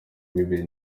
bibiri